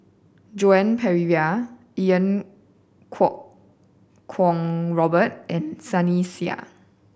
Joan Pereira Iau Kuo Kwong Robert and Sunny Sia